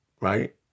Right